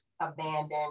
abandoned